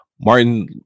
martin